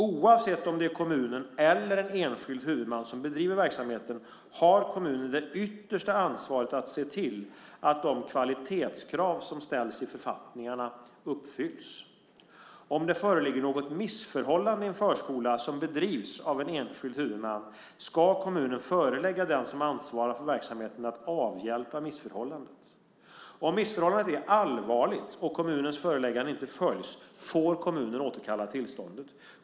Oavsett om det är kommunen eller en enskild huvudman som bedriver verksamheten har kommunen det yttersta ansvaret att se till att de kvalitetskrav som ställs i författningarna uppfylls. Om det föreligger något missförhållande i en förskola som bedrivs av en enskild huvudman ska kommunen förelägga den som ansvarar för verksamheten att avhjälpa missförhållandet. Om missförhållandet är allvarligt och kommunens föreläggande inte följs får kommunen återkalla tillståndet.